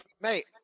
Mate